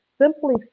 Simply